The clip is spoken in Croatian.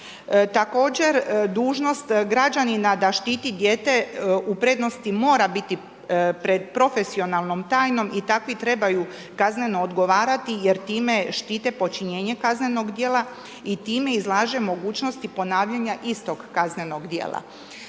Također, dužnost građanina da štiti dijete u prednosti mora biti pred profesionalnom tajnom i takvi trebaju kazneno odgovarati jer time štite počinjenje kaznenog djela i time izlaže mogućnosti ponavljanja istog kaznenog djela.